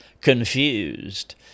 confused